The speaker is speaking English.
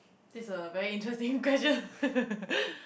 this is a very interesting question